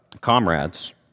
comrades